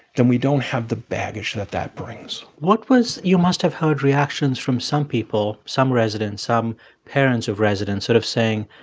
then we don't have the baggage that that brings what was you must have heard reactions from some people, some residents, some parents of residents sort of saying,